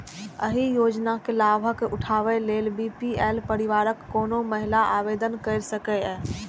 एहि योजनाक लाभ उठाबै लेल बी.पी.एल परिवारक कोनो महिला आवेदन कैर सकैए